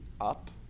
up